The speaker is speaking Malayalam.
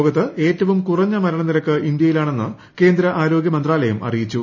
ലോകത്ത് ഏറ്റവും കുറഞ്ഞ മരണനിരക്ക് ഇന്ത്യയിലാണെന്ന് കേന്ദ്ര ആരോഗ്യ മന്ത്രാലയം അറിയിച്ചു